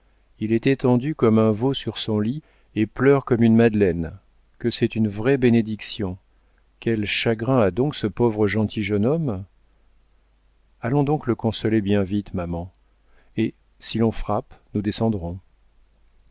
il est étendu comme un veau sur son lit et pleure comme une madeleine que c'est une vraie bénédiction quel chagrin a donc ce pauvre gentil jeune homme allons donc le consoler bien vite maman et si l'on frappe nous descendrons